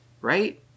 Right